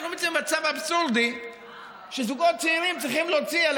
אנחנו נמצאים במצב אבסורדי שזוגות צעירים צריכים להוציא על